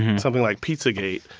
something like pizzagate,